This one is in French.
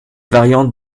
variantes